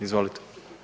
Izvolite.